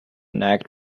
nag